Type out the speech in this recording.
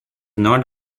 not